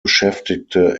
beschäftigte